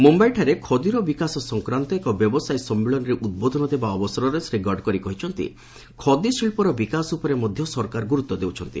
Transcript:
ମୁମ୍ଭାଇଠାରେ ଖଦୀର ବିକାଶ ସଂକ୍ରାନ୍ତ ଏକ ବ୍ୟବସାୟ ସମ୍ମିଳନୀରେ ଉଦ୍ବୋଧନ ଦେବା ଅବସରରେ ଶ୍ରୀ ଗଡ଼କରୀ କହିଛନ୍ତି ଖଦୀ ଶିଳ୍ପର ବିକାଶ ଉପରେ ମଧ୍ୟ ସରକାର ଗୁରୁତ୍ୱ ଦେଉଛନ୍ତି